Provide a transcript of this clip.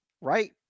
right